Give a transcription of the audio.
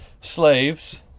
slaves